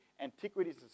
antiquities